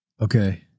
Okay